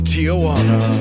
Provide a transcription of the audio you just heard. Tijuana